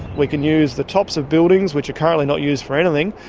we can use the tops of buildings, which are currently not used for anything,